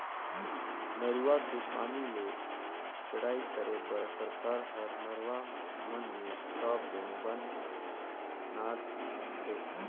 नरूवा के पानी ले टेड़ई करे बर सरकार हर नरवा मन में स्टॉप डेम ब नात हे